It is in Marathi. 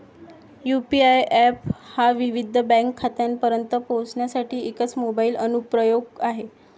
यू.पी.आय एप हा विविध बँक खात्यांपर्यंत पोहोचण्यासाठी एकच मोबाइल अनुप्रयोग आहे